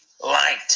light